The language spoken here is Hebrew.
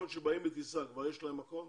ה-500 שבאים בטיסה, יש להם מקום?